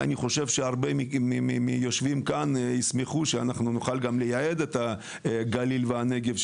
אני חושב שהרבה מהיושבים כאן ישמחו שאנחנו נוכל לייהד את הגליל והנגב,